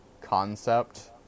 concept